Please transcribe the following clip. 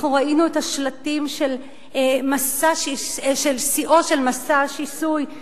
אנחנו ראינו את השלטים של שיאו של מסע שיסוי,